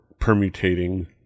permutating